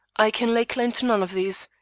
i can lay claim to none of these.